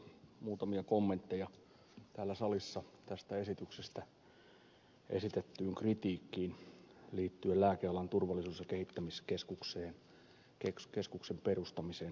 muutamia kommentteja täällä salissa tästä esityksestä esitettyyn kritiikkiin liittyen lääkealan turvallisuus ja kehittämiskeskuksen perustamiseen annetusta lainsäädännöstä